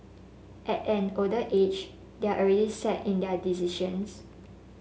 at an older age they're already set in their decisions